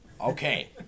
Okay